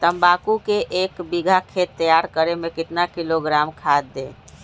तम्बाकू के एक बीघा खेत तैयार करें मे कितना किलोग्राम खाद दे?